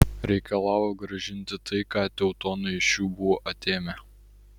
reikalavo grąžinti tai ką teutonai iš jų buvo atėmę